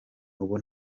ubu